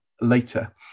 later